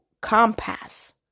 compass